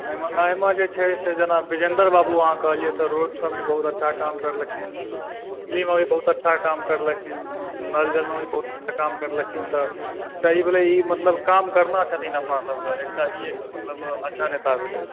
एहिमे छै जेना विजयेंद्र बाबू अहाँ कहलियै तऽ रोडसभमे बहुत अच्छा काम करलखिन बिजलीमे भी बहुत अच्छा काम करलखिन नल जलमे भी बहुत अच्छा काम करलखिन तऽ एकटा ई भेलै ई मतलब काम करना छथिन अपनासभले एकटा ई मतलब अच्छा नेता भेलै